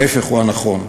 ההפך הוא הנכון.